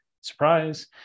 Surprise